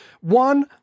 One